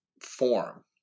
form